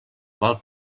qual